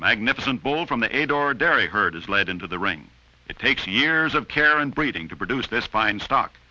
magnificent bull from the eight or dairy herd is led into the ring it takes years of care and breeding to produce this fine stock